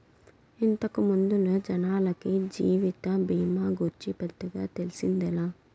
ఇంతకు ముందల జనాలకి జీవిత బీమా గూర్చి పెద్దగా తెల్సిందేలే